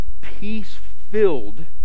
peace-filled